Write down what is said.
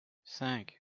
cinq